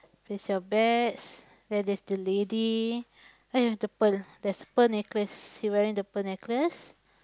place your bets then there's the lady ah ya the pearl there's a pearl necklace she wearing a pearl necklace